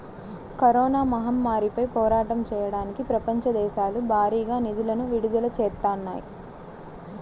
corona మహమ్మారిపై పోరాటం చెయ్యడానికి ప్రపంచ దేశాలు భారీగా నిధులను విడుదల చేత్తన్నాయి